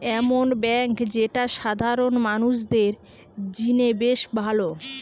এমন বেঙ্ক যেটা সাধারণ মানুষদের জিনে বেশ ভালো